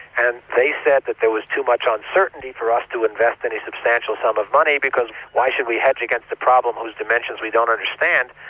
and they said that there was too much uncertainty for us to invest any substantial sum of money because why should we hedge against a problem whose dimensions we don't understand.